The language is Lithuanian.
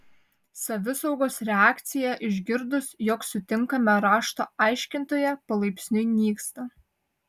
savisaugos reakcija išgirdus jog sutinkame rašto aiškintoją palaipsniui nyksta